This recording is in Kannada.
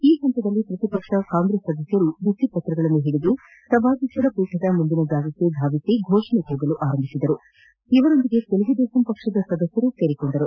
ಈ ಪಂತದಲ್ಲಿ ಪ್ರತಿಪಕ್ಷ ಕಾಂಗ್ರೆಸ್ ಸದಸ್ನರು ಬಿತ್ತಿಪತ್ರಗಳನ್ನು ಹಿಡಿದು ಸಭಾಧ್ಯಕ್ಷರ ಪೀಠದ ಮುಂದಿನ ಜಾಗಕ್ಷೆ ಧಾವಿಸಿ ಘೋಷಣೆ ಕೂಗಲು ಆರಂಭಿಸಿದರು ಇವರೊಂದಿಗೆ ತೆಲುಗು ದೇಶಂ ಪಕ್ಷದ ಸದಸ್ನರೂ ಸೇರಿಕೊಂಡರು